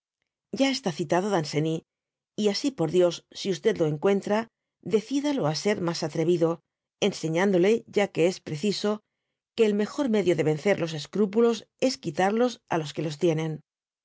ya está citado danceny y asi por dios si g lo encuentra decídalo á ser mas atrevido enseñándole ya que es preciso que el mejor medio de vencer jos escrúpulos es quitarlos á los que los tienen